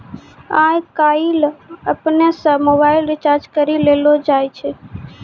आय काइल अपनै से मोबाइल रिचार्ज करी लेलो जाय छै